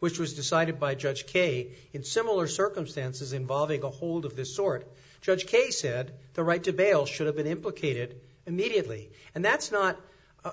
which was decided by judge k in similar circumstances involving a hold of this sort judge case said the right to bail should have been implicated immediately and that's not